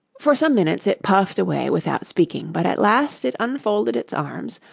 for some minutes it puffed away without speaking, but at last it unfolded its arms,